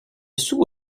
sous